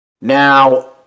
Now